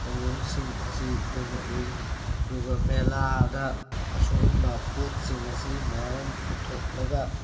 ꯊꯧꯑꯣꯡꯁꯤꯡ ꯑꯁꯤ ꯑꯩꯈꯣꯏꯅ ꯎꯏ ꯑꯗꯨꯒ ꯃꯦꯂꯥꯗ ꯑꯁꯤꯒꯨꯝꯕ ꯄꯣꯠꯁꯤꯡ ꯑꯁꯤ ꯃꯌꯥꯝ ꯑꯃ ꯄꯨꯊꯣꯛꯂꯒ